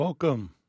Welcome